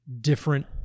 different